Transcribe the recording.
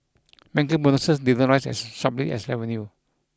banker bonuses didn't rise as sharply as revenue